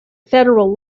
federal